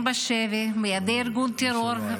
טרור,